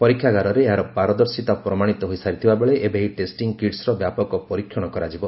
ପରୀକ୍ଷାଗାରରେ ଏହାର ପାରଦର୍ଶିତା ପ୍ରମାଣିତ ହୋଇସାରିଥିବାବେଳେ ଏବେ ଏହି ଟେଷ୍ଟିଂ କିଟ୍ସ୍ର ବ୍ୟାପକ ପରୀକ୍ଷଣ କରାଯିବ